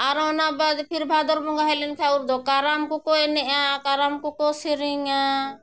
ᱟᱨ ᱚᱱᱟ ᱵᱟᱫ ᱯᱷᱤᱨ ᱵᱷᱟᱫᱚᱨ ᱵᱚᱸᱜᱟ ᱦᱮᱡ ᱞᱮᱱᱠᱷᱟᱱ ᱩᱱᱫᱚ ᱠᱟᱨᱟᱢ ᱠᱚᱠᱚ ᱮᱱᱮᱡᱼᱟ ᱠᱟᱨᱟᱢ ᱠᱚᱠᱚ ᱥᱮᱨᱮᱧᱟ